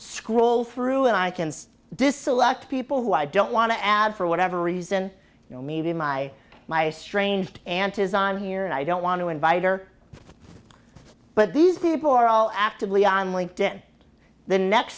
scroll through and i can see this select people who i don't want to add for whatever reason you know maybe my my strange aunt is on here and i don't want to invite her but these people are all actively on linked in the next